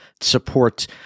support